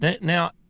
Now